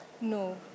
No